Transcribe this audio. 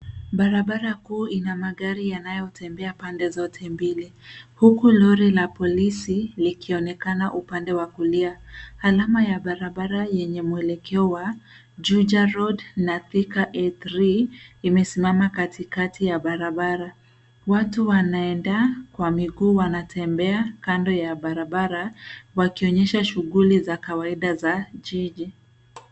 Barabara kuu ina magari yanayo tembea pande zote mbili. Huku lori la polisi likionekana upande wa kulia. Alama ya barabara yenye mwelekeo wa Juja Road na Thika A3 imesimama katikati ya barabara. Watu wanaenda kwa miguu wanatembea kando ya barabara wakionyesha shughuli za kawaida za jiji.